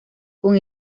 con